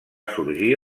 sorgir